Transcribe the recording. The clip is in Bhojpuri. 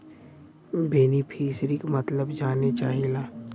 बेनिफिसरीक मतलब जाने चाहीला?